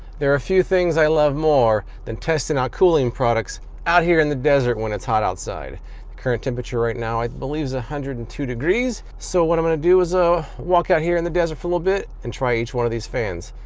there are few things i love more than testing out cooling products out here in the desert when it's hot outside. the current temperature right now i believe is one ah hundred and two degrees. so what i'm going to do is ah walk out here in the desert for a little bit and try each one of these fans.